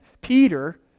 Peter